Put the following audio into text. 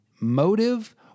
motive